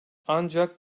ancak